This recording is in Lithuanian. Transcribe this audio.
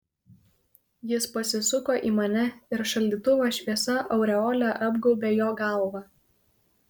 jis pasisuko į mane ir šaldytuvo šviesa aureole apgaubė jo galvą